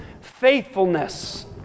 Faithfulness